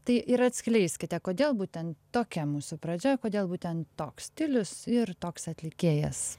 tai ir atskleiskite kodėl būtent tokia mūsų pradžia kodėl būtent toks stilius ir toks atlikėjas